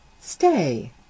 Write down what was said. Stay